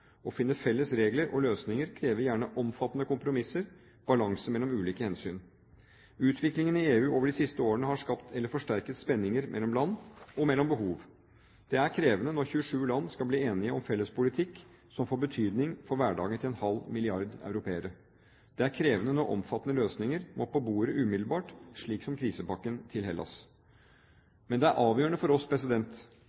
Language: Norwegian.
Å finne felles regler og løsninger krever gjerne omfattende kompromisser og balanse mellom ulike hensyn. Utviklingen i EU over de siste årene har skapt eller forsterket spenninger mellom land og mellom behov. Det er krevende når 27 land skal bli enige om felles politikk som får betydning for hverdagen til en halv milliard europeere. Det er krevende når omfattende løsninger må på bordet umiddelbart, slik som krisepakken